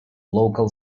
local